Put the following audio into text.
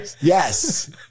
Yes